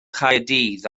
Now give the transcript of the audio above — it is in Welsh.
caerdydd